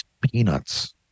Peanuts